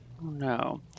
No